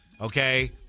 okay